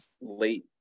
late